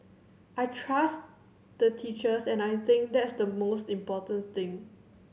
I trust the teachers and I think that's the most important thing